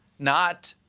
not.